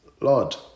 Lord